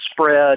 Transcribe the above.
spread